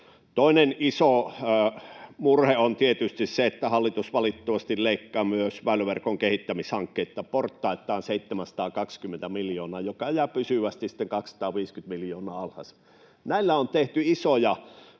Toinen iso murhe on tietysti se, että hallitus valitettavasti leikkaa myös väyläverkon kehittämishankkeita portaittain 720 miljoonaa, joka jää pysyvästi sitten 250 miljoonaa alhaisemmaksi. Näillä on tehty isoja